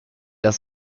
das